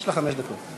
יש לך חמש דקות.